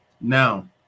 Now